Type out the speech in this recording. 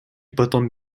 потом